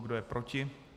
Kdo je proti?